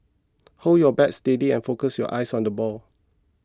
hold your bat steady and focus your eyes on the ball